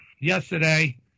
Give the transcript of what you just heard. yesterday